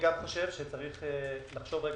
חושב שצריך לחשוב,